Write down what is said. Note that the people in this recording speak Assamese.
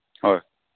হয়